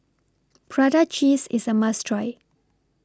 Prata Cheese IS A must Try